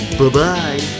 Bye-bye